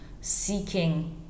seeking